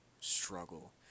struggle